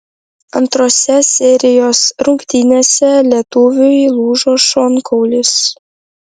antrose serijos rungtynėse lietuviui lūžo šonkaulis